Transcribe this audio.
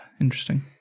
Interesting